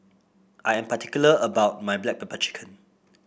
I am particular about my Black Pepper Chicken